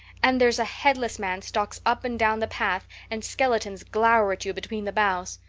and there's a headless man stalks up and down the path and skeletons glower at you between the boughs.